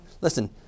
listen